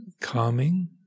calming